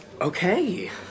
Okay